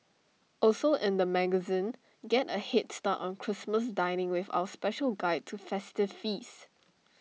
also in the magazine get A Head start on Christmas dining with our special guide to festive feasts